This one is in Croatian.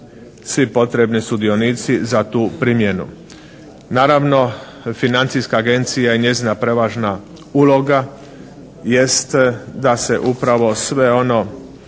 svi potrebni sudionici za tu primjenu. Naravno financijska agencija i njezina prevažna uloga jest da se upravo sve one